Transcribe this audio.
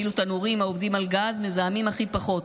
ואילו תנורים העובדים על גז מזהמים הכי פחות,